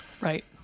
Right